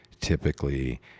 typically